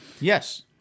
Yes